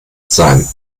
sein